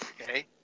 okay